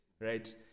right